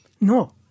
No